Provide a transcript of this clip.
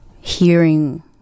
hearing